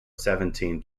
seventeen